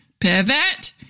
pivot